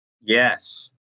Yes